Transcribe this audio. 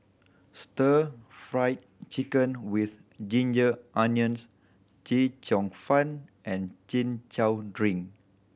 Stir Fried Chicken With Ginger Onions Chee Cheong Fun and Chin Chow drink